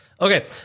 Okay